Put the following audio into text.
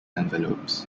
envelopes